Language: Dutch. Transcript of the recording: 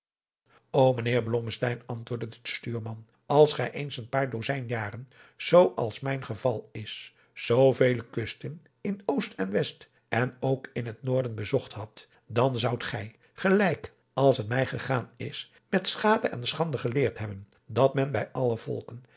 o mijnheer blommesteyn antwoordde de stuurman als gij eens een paar dozijn jaren zoo als mijn geval is zoovele kusten in oost en west en ook in het noorden bezocht hadt dan zoudt gij gelijk als het mij gegaan is met schade en schande geleerd hebben dat men bij alle volken